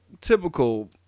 typical